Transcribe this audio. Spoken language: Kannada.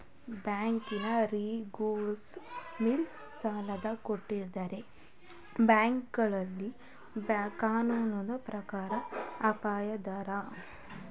ಬ್ಯಾಂಕಿನ ರೆಗುಲೇಶನ್ ಮೀರಿ ಸಾಲ ಕೊಟ್ಟರೆ ಬ್ಯಾಂಕಿಂಗ್ ಕಾನೂನಿನ ಪ್ರಕಾರ ಅಪರಾಧ